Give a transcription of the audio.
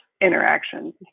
interactions